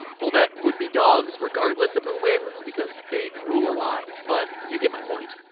well, that would be dogs regardless of who wins, because they drool a lot, but you get my point.